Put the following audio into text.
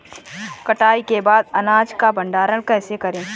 कटाई के बाद अनाज का भंडारण कैसे करें?